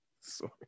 Sorry